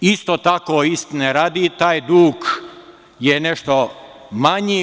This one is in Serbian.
Isto tako, istine radi, taj dug je nešto manji.